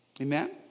Amen